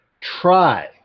try